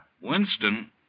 Winston